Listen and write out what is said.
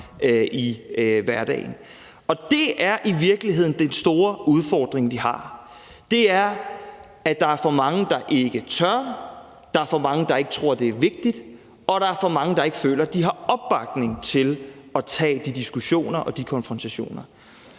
Det er i virkeligheden den store udfordring, vi har, nemlig at der er for mange, der ikke tør, at der er for mange, der ikke tror, det er vigtigt, og at der er for mange, der ikke føler, de har opbakning til at tage de diskussioner og de konfrontationer.